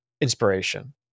inspiration